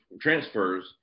transfers